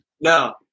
No